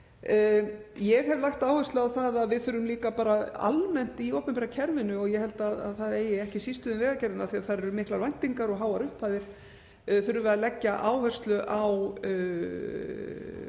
Ég hef lagt áherslu á það að við þurfum líka almennt í opinbera kerfinu, og ég held að það eigi ekki síst við um Vegagerðina af því að þar eru miklar væntingar og háar upphæðir, að leggja áherslu á